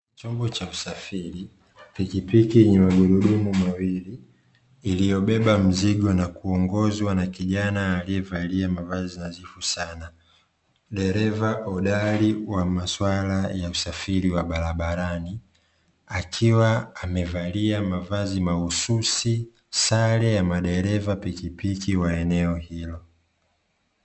Chombo cha usafiri, pikipiki yenye magurudumu mawili, iliobeba mizigo na kuongozwa na kijana aliyevalia mavazi nadhifu sana, dereva hodari wa masuala ya usafiri wa barabarani, akiwa amevalia mavazi maalum, sare ya madereva wa pikipiki wa eneo hilo.